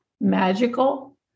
magical